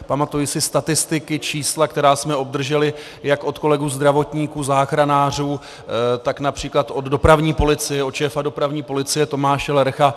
Pamatuji si statistiky, čísla, která jsme obdrželi jak od kolegů zdravotníků, záchranářů, tak například od dopravní policie, od šéfa dopravní policie Tomáše Lercha.